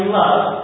love